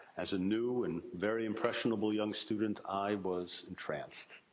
as a new, and very impressionable young student i was entranced.